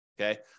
Okay